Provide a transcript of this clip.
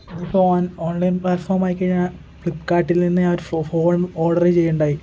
ഒരു phone online platform ആയി കഴിഞ്ഞ ഫ്ലിപ്പ്കാർട്ടിൽ നിന്ന് ഞാനൊരു ഫോൺ ഓർഡർ ചെയ്യുകയുണ്ടായി